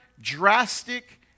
drastic